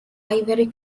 ivory